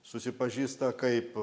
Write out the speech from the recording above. susipažįsta kaip